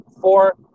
four